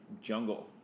jungle